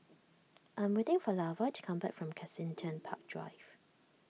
I am waiting for Lavar to come back from Kensington Park Drive